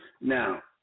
Now